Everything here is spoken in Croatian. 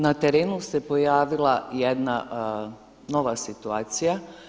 Na terenu se pojavila jedna nova situacija.